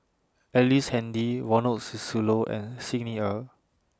Ellice Handy Ronald Susilo and Xi Ni Er